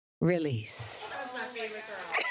release